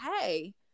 hey